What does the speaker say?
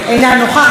אינה נוכחת,